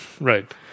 Right